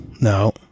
No